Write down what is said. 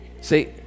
See